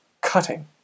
cutting